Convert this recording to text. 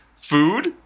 food